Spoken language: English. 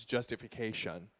Justification